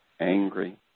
angry